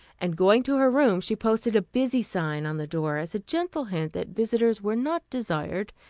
and going to her room she posted a busy sign on the door as a gentle hint that visitors were not desired,